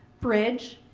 bridge,